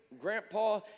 grandpa